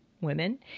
women